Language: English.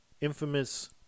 infamous